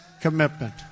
commitment